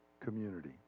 community